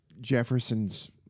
Jefferson's